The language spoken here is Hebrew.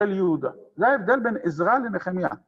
אל יהודה. זה ההבדל בין עזרא לנחמיה.